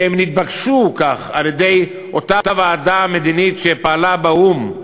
כי הם נתבקשו כך על-ידי אותה ועדה מדינית שפעלה באו"ם,